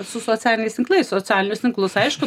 su socialiniais tinklais socialinius tinklus aišku